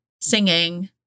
singing